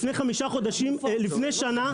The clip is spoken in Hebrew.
לפני שנה,